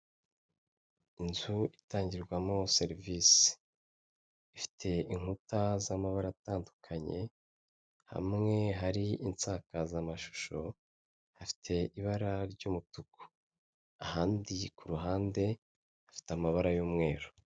Ni nyubako itanga serivise, harimo umugabo wambaye umupira w'umweru wakira abamugana. Hari umugabo uje ateruye umwana, akaba yambaye rinete ndetse n'ipantaro y'umukara.